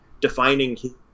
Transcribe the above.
defining